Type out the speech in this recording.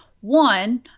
one